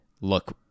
look